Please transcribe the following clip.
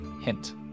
hint